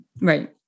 Right